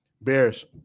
Bears